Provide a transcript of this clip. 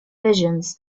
visions